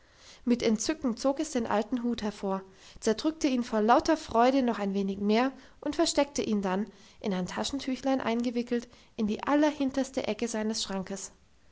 mit entzücken zog es den alten hut hervor zerdrückte ihn vor lauter freude noch ein wenig mehr und versteckte ihn dann in ein taschentüchlein eingewickelt in die allerhinterste ecke seines schrankes